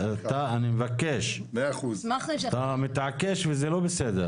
אתה מתעקש וזה לא בסדר.